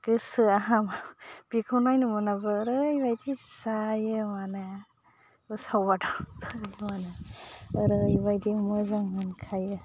गोसोआ बिखो नायनो मोनाबा ओरैबायदि जायो माने उसाव बादाव ओरैबायदि मोजां मोनखायो